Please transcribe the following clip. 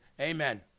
amen